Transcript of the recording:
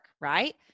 right